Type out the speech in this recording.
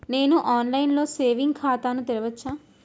నేను online లో saving ఖాతా ను తెరవచ్చా?